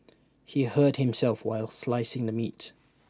he hurt himself while slicing the meat